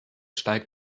steigt